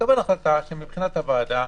לקבל החלטה שמבחינת הוועדה,